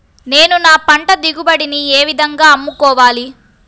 నేను నా పంట దిగుబడిని ఏ విధంగా అమ్ముకోవాలి?